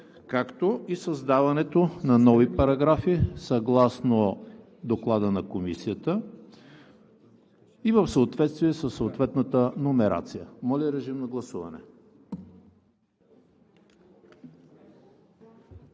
както и създаването на нови параграфи съгласно доклада на Комисията и в съответствие със съответната номерация; редакция на §